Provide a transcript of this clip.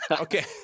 Okay